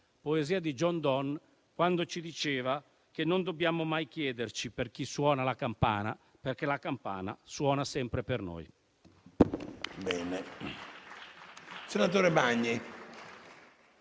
poesia di John Donne - quando ci diceva che non dobbiamo mai chiederci per chi suona la campana, perché la campana suona sempre per noi.